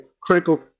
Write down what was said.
critical